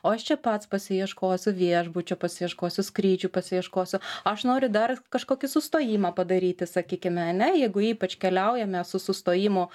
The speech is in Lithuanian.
o aš čia pats pasiieškosiu viešbučio pasiieškosiu skrydžių pasiieškosiu aš noriu dar kažkokį sustojimą padaryti sakykime ane jeigu ypač keliaujame su sustojimu